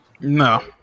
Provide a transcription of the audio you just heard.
No